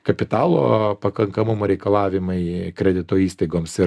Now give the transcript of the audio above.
kapitalo pakankamumo reikalavimai kredito įstaigoms ir